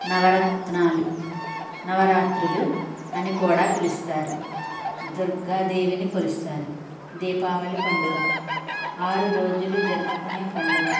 నవరత్నాలు నవరాత్రులు అని కూడా పిలుస్తారు దుర్గాదేవిని కొలుస్తారు దీపావళి పండుగ ఆరు రోజులు జరుపుకునే పండుగ